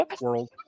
world